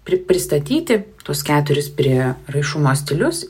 pristatyti tuos keturis prieraišumo stilius